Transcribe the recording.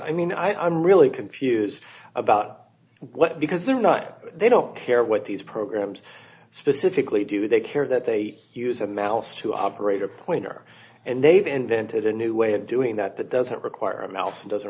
i mean i'm really confused about what because they're not they don't care what these programs specifically do they care that they use a mouse to operate a pointer and they've invented a new way of doing that that doesn't require a mouse and doesn't